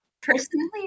Personally